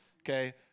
okay